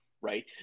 right